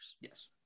Yes